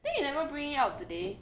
then you never bring it out today